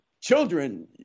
children